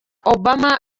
obama